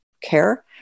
care